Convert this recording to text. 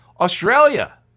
Australia